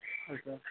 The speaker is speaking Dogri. अच्छा